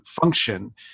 function